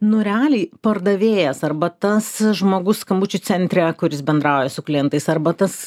nu realiai pardavėjas arba tas žmogus skambučių centre kuris bendrauja su klientais arba tas